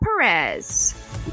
Perez